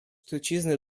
trucizny